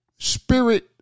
Spirit